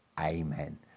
Amen